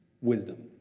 wisdom